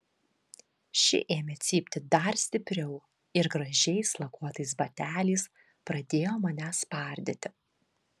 ši ėmė cypti dar stipriau ir gražiais lakuotais bateliais pradėjo mane spardyti